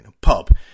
pub